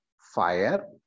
fire